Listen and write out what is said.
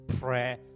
prayer